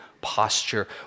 posture